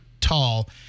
tall